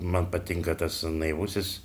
man patinka tas naivusis